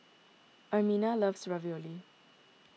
Ermina loves Ravioli